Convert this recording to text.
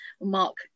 mark